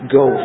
go